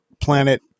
planet